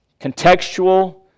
contextual